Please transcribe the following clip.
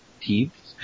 teeth